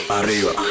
arriba